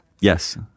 Yes